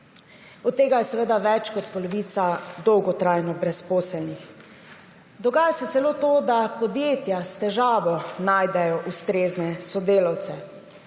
od tega je seveda več kot polovica dolgotrajno brezposelnih. Dogaja se celo to, da podjetja s težavo najdejo ustrezne sodelavce.